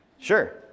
Sure